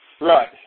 Right